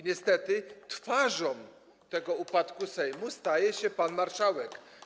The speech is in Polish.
Niestety twarzą tego upadku Sejmu staje się pan marszałek.